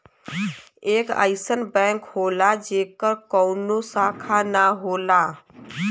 एक अइसन बैंक होला जेकर कउनो शाखा ना होला